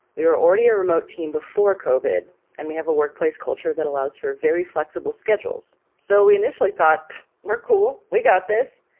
we were already a remote team before cauvin and we have a workplace culture that allows for very flexible schedules. so we initially thought, we're cool. we got this.